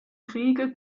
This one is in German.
kriege